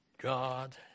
God